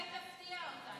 מיקי, מתי תפתיע אותנו?